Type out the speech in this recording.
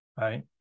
right